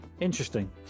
interesting